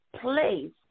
place